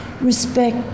respect